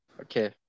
Okay